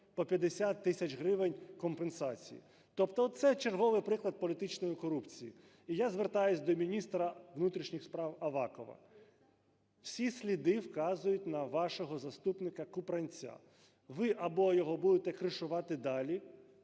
по 50 тисяч гривень компенсації. Тобто оце черговий приклад політичної корупції. І я звертаюсь до міністра внутрішніх справАвакова. Всі сліди вказують на вашого заступника Купранця. Ви або його будете "кришувати" далі,